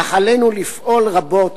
אך עלינו לפעול רבות